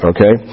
Okay